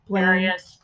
various